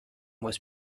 was